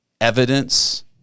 evidence